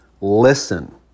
Listen